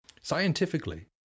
Scientifically